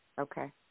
Okay